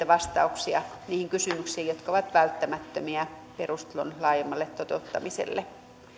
vastauksia niihin kysymyksiin jotka ovat välttämättömiä perustulon laajemmalle toteuttamiselle